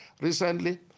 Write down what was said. Recently